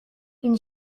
une